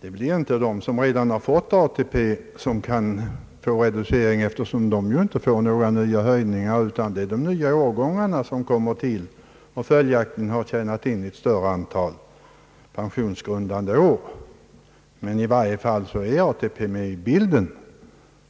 Det blir inte de som redan fått ATP som kan få reducering, eftersom de inte får några nya höjningar, utan det är de nya årgångar som kommer till och som följaktligen har fler pensionsgrundande år. Men i varje fall är ATP med i bilden